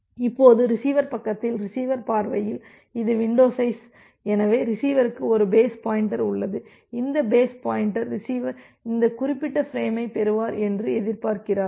இப்போது ரிசீவர் பக்கத்தில் ரிசீவர் பார்வையில் இது வின்டோ சைஸ் எனவே ரிசீவருக்கு ஒரு பேஸ் பாயின்டர் உள்ளது இந்த பேஸ் பாயின்டர் ரிசீவர் இந்த குறிப்பிட்ட ஃபிரேமைப் பெறுவார் என்று எதிர்பார்க்கிறார்